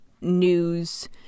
news